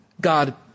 God